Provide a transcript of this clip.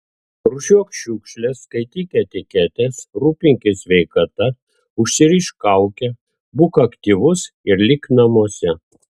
rūšiuok šiukšles skaityk etiketes rūpinkis sveikata užsirišk kaukę būk aktyvus ir lik namuose